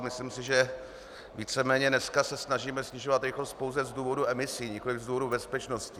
Myslím si, že víceméně dneska se snažíme snižovat rychlost pouze z důvodu emisí, nikoliv z důvodu bezpečnosti.